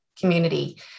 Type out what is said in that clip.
community